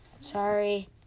sorry